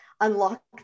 unlock